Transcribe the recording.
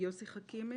יוסי חכימי,